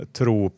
tro